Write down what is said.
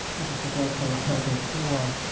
which is the greco-turkish war,